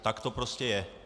Tak to prostě je.